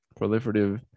proliferative